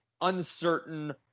uncertain